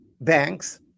banks